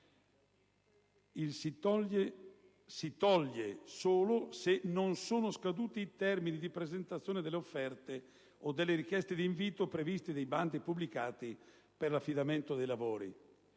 li toglie solo se non sono scaduti i termini di presentazione delle offerte o delle richieste di invito previste dai bandi pubblicati per l'affidamento dei lavori.